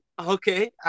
Okay